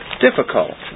Difficult